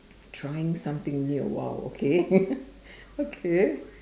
trying something new !wow! okay okay